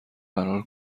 فرار